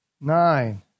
Nine